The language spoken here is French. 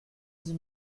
dix